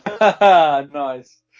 Nice